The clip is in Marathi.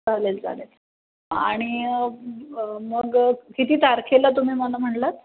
चालेल चालेल आणि मग किती तारखेला तुम्ही मला म्हणालात